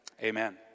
amen